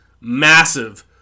massive